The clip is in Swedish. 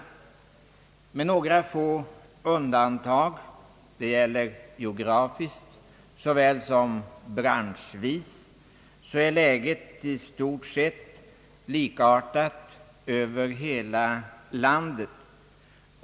Med några få undantag — geografiskt såväl som branschvis är läget i stort sett likartat över hela landet.